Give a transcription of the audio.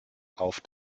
auf